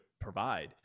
provide